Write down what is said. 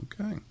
Okay